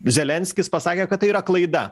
zelenskis pasakė kad tai yra klaida